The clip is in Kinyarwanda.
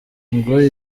ngo